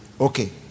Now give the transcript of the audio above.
okay